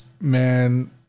Man